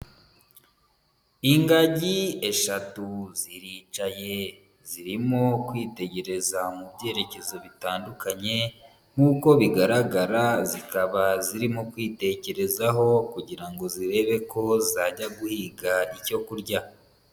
Ingagi eshatu ziricaye, zirimo kwitegereza mu byerekezo bitandukanye nkuko bigaragara zikaba zirimo kwitekerezaho kugira ngo zirebe ko zajya guhiga icyo kurya.